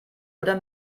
oder